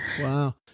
Wow